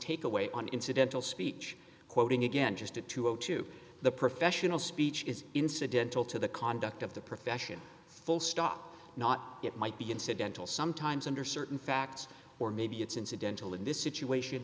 take away on incidental speech quoting again just to to add to the professional speech is incidental to the conduct of the profession full stop not it might be incidental sometimes under certain facts or maybe it's incidental in this situation